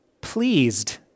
pleased